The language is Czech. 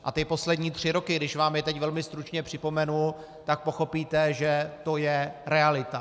A ty poslední tři roky, když vám je teď velmi stručně připomenu, tak pochopíte, že to je realita.